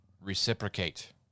reciprocate